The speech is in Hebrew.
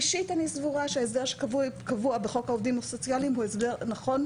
אישית אני סבורה שההסדר שקבוע בחוק העובדים הסוציאליים הוא הסדר נכון,